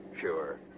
Sure